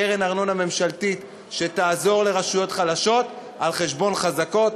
קרן ארנונה ממשלתית שתעזור לרשויות חלשות על חשבון חזקות.